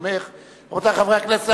רבותי חברי הכנסת,